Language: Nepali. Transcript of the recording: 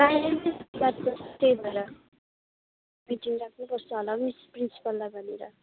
प्रायः नै त्यही भएर मिटिङ राख्नु पर् होला हौ मिस प्रिन्सिपललाई भनेर